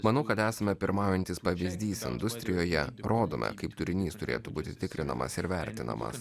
manau kad esame pirmaujantis pavyzdys industrijoje rodome kaip turinys turėtų būti tikrinamas ir vertinamas